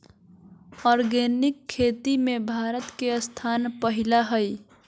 organic खेती में भारत के स्थान पहिला हइ